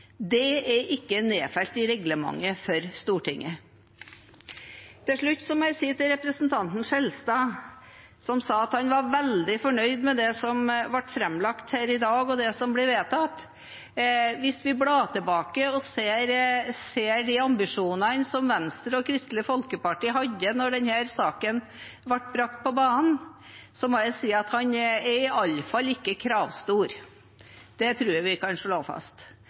Det er ikke nedfelt i reglementet for Stortinget. Til slutt må jeg si til representanten Skjelstad, som sa at han var veldig fornøyd med det som er framlagt her i dag, og det som blir vedtatt, at hvis vi går tilbake og ser på de ambisjonene som Venstre og Kristelig Folkeparti hadde da denne saken ble brakt på banen, er han i alle fall ikke kravstor. Det tror jeg vi kan slå fast.